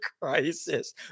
crisis